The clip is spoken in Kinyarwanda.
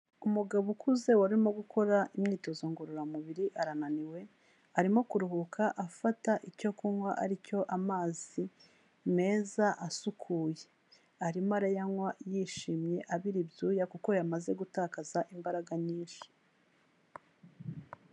Umugabo ukuze warimo gukora imyitozo ngorora mubiri, arananiwe, arimo kuruhuka, afata icyo kunywa, ari cyo amazi meza asukuye, arimo ayanywa yishimye, abira ibyuya kuko yamaze gutakaza imbaraga nyinshi.